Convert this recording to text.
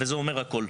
וזה אומר הכול.